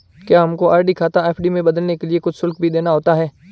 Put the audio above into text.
क्या हमको आर.डी खाता एफ.डी में बदलने के लिए कुछ शुल्क भी देना होता है?